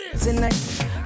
Tonight